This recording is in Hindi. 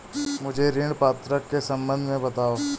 मुझे ऋण पात्रता के सम्बन्ध में बताओ?